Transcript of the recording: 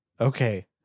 Okay